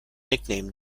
nicknamed